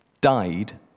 died